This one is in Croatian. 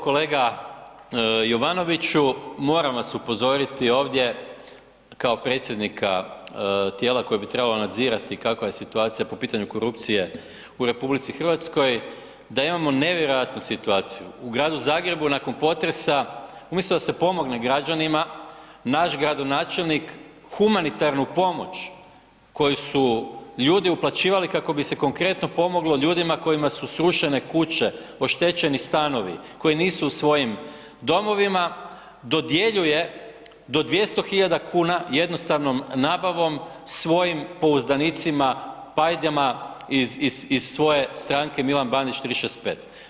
Kolega Jovanoviću, moram vas upozoriti ovdje kao predsjednika tijela koje bi trebalo nadzirati kakva je situacija po pitanju korupcije u RH da imamo nevjerojatnu situaciju u gradu Zagrebu nakon potresa umjesto da se pomogne građanima, naš gradonačelnik humanitarnu pomoć koju su ljudi uplaćivali kako bi se konkretno pomoglo ljudima kojima su srušene kuće, oštećeni stanovi koji nisu u svojim domovima, dodjeljuje do 200.000 kuna jednostavnom nabavom svojim pouzdanicima, pajdama iz svoje stranke Milan Bandić 365.